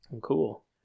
Cool